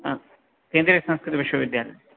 केन्द्रीयसंस्कृतविश्वविद्यालये